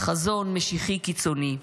בחזון משיחי קיצוני,